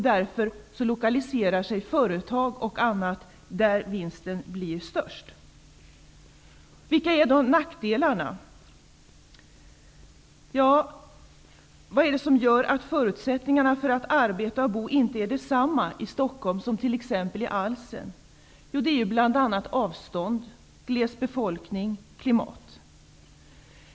Därför lokaliserar sig företag och annat där vinsten blir störst. Vilka är då nackdelarna? Vad är det som gör att förutsättningarna för att arbeta och bo inte är desamma i Stockholm som i t.ex. Alsen? Jo, det är bl.a. avstånd, gles befolkning och klimat.